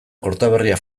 kortaberria